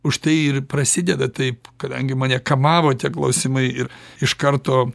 užtai ir prasideda taip kadangi mane kamavo tie klausimai ir iš karto